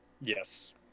Yes